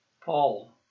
Paul